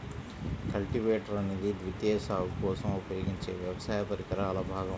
cultivator అనేది ద్వితీయ సాగు కోసం ఉపయోగించే వ్యవసాయ పరికరాల భాగం